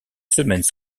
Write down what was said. semaines